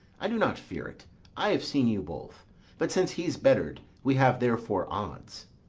i do not fear it i have seen you both but since he's better'd, we have therefore odds.